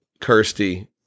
Kirsty